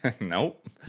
nope